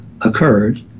occurred